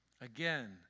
Again